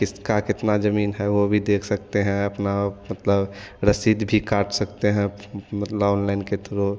किसका कितना जमीन है वो भी देख सकते हैं अपना ओ मतलब रसीद भी काट सकते हैं मतलब ऑनलाइन के थ्रु